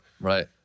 Right